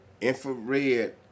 Infrared